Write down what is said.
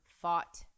fought